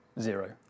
Zero